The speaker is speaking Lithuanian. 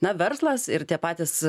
na verslas ir tie patys